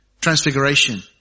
transfiguration